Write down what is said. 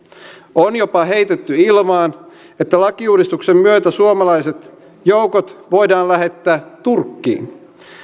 on jopa heitetty ilmaan että lakiuudistuksen myötä suomalaiset joukot voidaan lähettää turkkiin